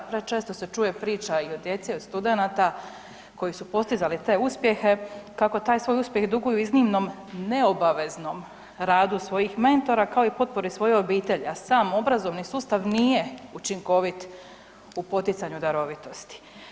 Prečesto se čuje priča i od djece i od studenata koji su postizali te uspjehe kako taj svoj uspjeh duguju iznimnom neobaveznom radu svojih mentora kao i potpori svoje obitelji, a sam obrazovni sustav nije učinkovit u poticanju darovitosti.